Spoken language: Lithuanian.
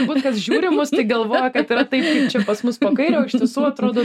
turbūt kas žiūri mus tai galvoja kad yra taip kaip pas mus kairę iš tiesų atrodo